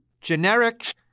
generic